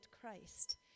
Christ